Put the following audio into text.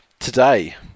Today